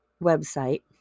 website